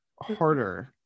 harder